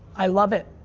i love it.